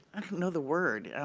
know the word.